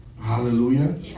Hallelujah